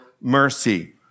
mercy